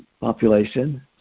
population